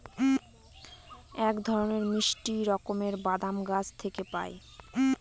এক ধরনের মিষ্টি রকমের বাদাম গাছ থেকে পায়